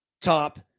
top